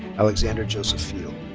alexander joseph field.